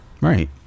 Right